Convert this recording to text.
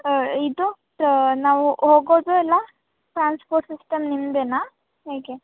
ಇದು ನಾವು ಹೋಗೋದೆಲ್ಲ ಟ್ರಾನ್ಸ್ಪೋರ್ಟ್ ಸಿಸ್ಟಮ್ ನಿಮ್ಮದೇನಾ ಹೇಗೆ